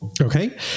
Okay